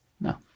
No